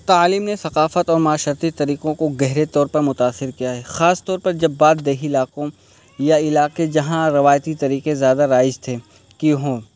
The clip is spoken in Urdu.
تعلیم نے ثقافت اور معاشرتی طریقوں کو گہرے طور پر متاثر کیا ہے خاص طور پر جب بعض دیہی علاقوں یا علاقے جہاں روایتی طریقے زیادہ رائج تھے کی ہوں